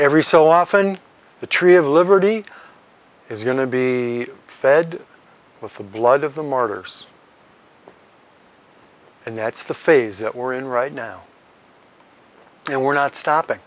every so often the tree of liberty is going to be fed with the blood of the martyrs and that's the phase that we're in right now and we're not stopping